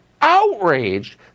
outraged